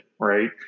Right